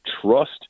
trust